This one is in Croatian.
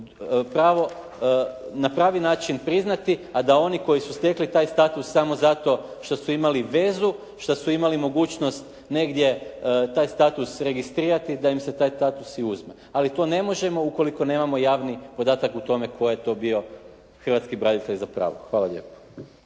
na pravi način priznati a da oni koji su stekli taj status samo zato što su imali vezu, što su imali mogućnost negdje taj status registrirati da im se taj status i uzme. Ali to ne možemo ukoliko nemamo javni podatak o tome tko je to bio hrvatski branitelj zapravo. Hvala lijepa.